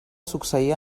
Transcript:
succeir